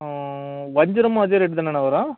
வஞ்சிரமும் அதே ரேட்தானாண்ணா வரும்